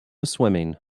swimming